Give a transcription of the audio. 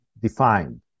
defined